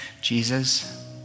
Jesus